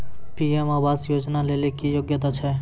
PM Awas Yojana लेली की योग्यता छै?